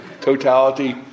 totality